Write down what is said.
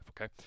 okay